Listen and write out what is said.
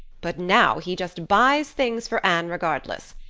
but now he just buys things for anne regardless,